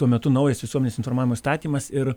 tuo metu naujas visuomenės informavimo įstatymas ir